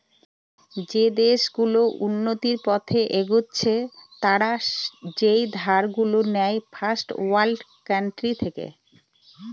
যে দেশ গুলো উন্নতির পথে এগচ্ছে তারা যেই ধার গুলো নেয় ফার্স্ট ওয়ার্ল্ড কান্ট্রি থেকে